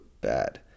bad